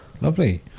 lovely